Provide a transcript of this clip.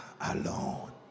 alone